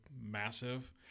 massive